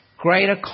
greater